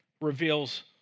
reveals